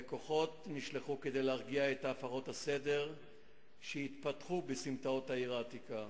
וכוחות נשלחו כדי להרגיע את הפרות הסדר שהתפתחו בסמטאות העיר העתיקה.